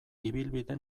ibilbide